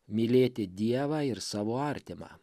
mylėti dievą ir savo artimą